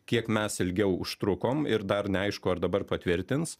kiek mes ilgiau užtrukom ir dar neaišku ar dabar patvirtins